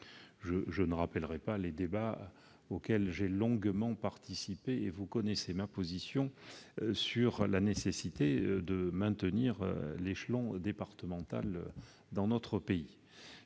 Je ne rappellerai pas les débats auxquels j'ai longuement participé : vous connaissez ma position sur la nécessité de maintenir l'échelon départemental, sous